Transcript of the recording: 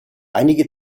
einige